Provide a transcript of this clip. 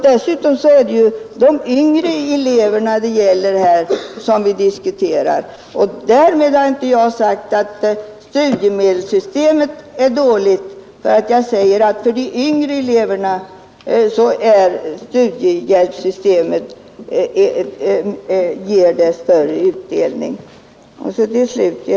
Dessutom är det ju de yngre eleverna som vi diskuterar. Jag har inte sagt att studiemedelssystemet är dåligt, men jag påpekar att för de yngre eleverna ger studiehjälpssystemet större utdelning och förhindrar skuldsättning.